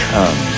Come